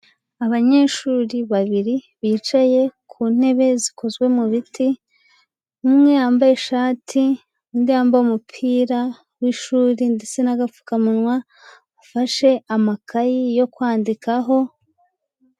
Abanyeshuri babiri, bicaye ku ntebe zikozwe mu biti, umwe yambaye ishati, undi yambaye umupira w'ishuri ndetse n'agapfukamunwa, ufashe amakayi yo kwandikaho.